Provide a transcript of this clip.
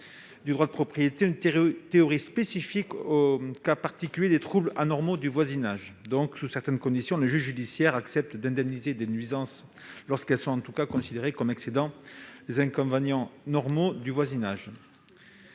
du droit de propriété, une théorie spécifique au cas particulier des troubles anormaux de voisinage. Ainsi, sous certaines conditions, le juge judiciaire accepte d'indemniser les nuisances considérées comme excédant les inconvénients normaux du voisinage.